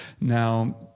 Now